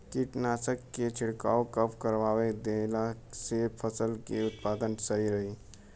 कीटनाशक के छिड़काव कब करवा देला से फसल के उत्पादन सही रही?